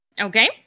Okay